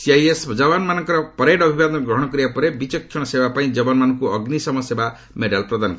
CISF ଜବାନ ମାନଙ୍କର parade ଅଭିବାଦନ ଗ୍ରହଣ କରିବା ପରେ ବିଚକ୍ଷଣ ସେବା ପାଇଁ ଜବାନମାନଙ୍କୁ ଅଗ୍ରିସମ ସେବା ମେଡାଲ ପ୍ରଦାନ କରିଛନ୍ତି